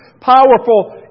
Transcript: powerful